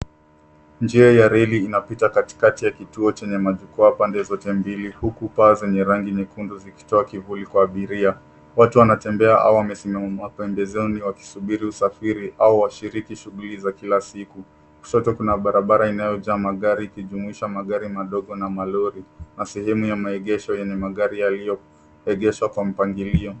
Njia ya reli inapita katikati ya kituo chenye majukwaa pande zote mbili, huku paa zenye rangi nyekundu zikitoa kivuli kwa abiria. Watu wanatembea au wamesimama pembezoni wakisubiri usafiri au washiriki shuguli za kila siku. Kushoto kuna barabara inayojaa magari ikijumuisha magari madogo na malori na sehemu ya maegesho enye magari yaliyoegeshwa kwa mpangilio.